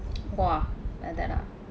!wah! like that ah nice